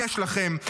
יש לכם,